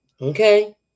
okay